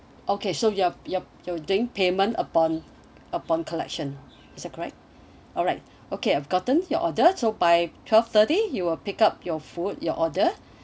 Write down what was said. okay so you're you're you're doing payment upon upon collection is that correct alright okay I've gotten your order so by twelve thirty you will pick up your food your order